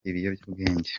ibiyobyabwenge